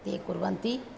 ते कुर्वन्ति